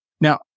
Now